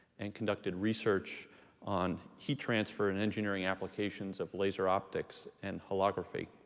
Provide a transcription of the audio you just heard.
and conducted research on heat transfer and engineering applications of laser optics and holography.